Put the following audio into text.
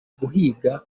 guhiga